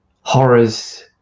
horrors